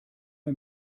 man